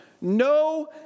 No